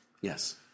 Yes